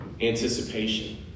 anticipation